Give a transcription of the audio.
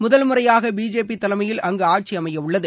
முதல் முறையாக பிஜேபி தலைமையில் அங்கு ஆட்சியமையவுள்ளது